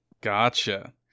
Gotcha